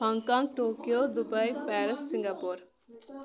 Hong Kong Tokyo Dubai Paris Singapore